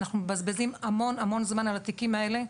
אנחנו מבזבזים המון המון זמן על התיקים האלה,